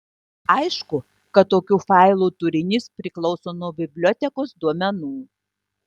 aišku kad tokių failų turinys priklauso nuo bibliotekos duomenų